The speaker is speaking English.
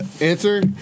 Answer